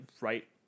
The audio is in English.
right